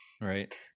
right